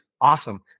awesome